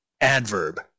Adverb